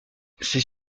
ses